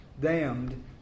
damned